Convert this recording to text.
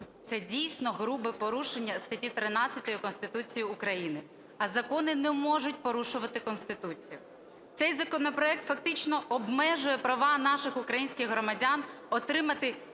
Це дійсно грубе порушення статті 13 Конституції України, а закони не можуть порушувати Конституцію. Цей законопроект фактично обмежує права наших українських громадян отримати